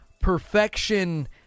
perfection